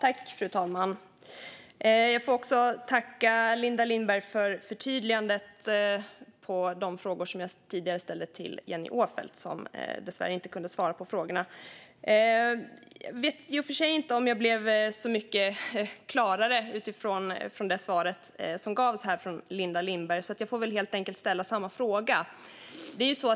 Fru talman! Jag får tacka Linda Lindberg för förtydligandet på de frågor som jag tidigare ställde till Jennie Åfeldt, som dessvärre inte kunde svara på frågorna. Jag vet inte om det i och för sig blev så mycket klarare utifrån det svar som gavs från Linda Lindberg. Jag får väl helt enkelt ställa samma fråga.